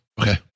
Okay